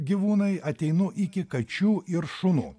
gyvūnai ateinu iki kačių ir šunų